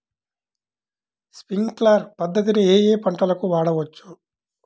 Sprinkler పద్ధతిని ఏ ఏ పంటలకు వాడవచ్చు?